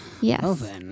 yes